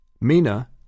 Mina